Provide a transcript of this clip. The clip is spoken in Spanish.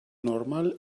normal